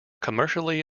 commercially